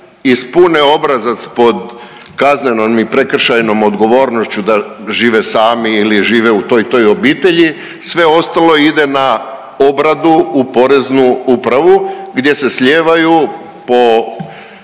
ispune obrazac pod kaznenom i prekršajnom odgovornošću da žive sami ili žive u toj i toj obitelji, sve ostalo ide na obradu u Poreznu upravu gdje se slijevaju po